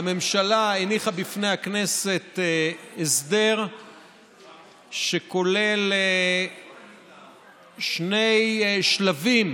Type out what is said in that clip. הממשלה הניחה בפני הכנסת הסדר שכולל שני שלבים